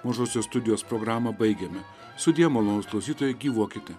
mažosios studijos programą baigiame sudie malonūs klausytojai gyvuokite